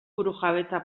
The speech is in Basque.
burujabetza